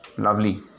Lovely